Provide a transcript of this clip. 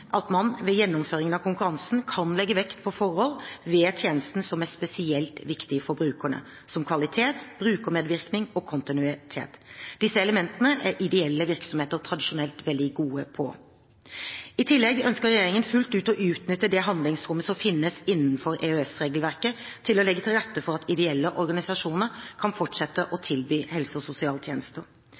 at man ved gjennomføringen av konkurransen kan legge vekt på forhold ved tjenesten som er spesielt viktige for brukerne, som kvalitet, brukermedvirkning og kontinuitet. Disse elementene er ideelle virksomheter tradisjonelt veldig gode på. I tillegg ønsker regjeringen fullt ut å utnytte det handlingsrommet som finnes innenfor EØS-regelverket, til å legge til rette for at ideelle organisasjoner kan fortsette å tilby helse- og sosialtjenester.